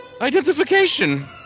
identification